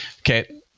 Okay